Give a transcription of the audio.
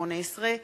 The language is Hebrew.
העונשין